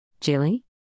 Jilly